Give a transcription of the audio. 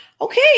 Okay